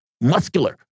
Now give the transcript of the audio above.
muscular